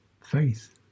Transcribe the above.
faith